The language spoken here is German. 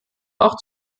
auch